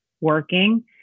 working